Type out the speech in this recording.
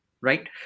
right